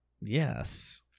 yes